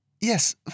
Yes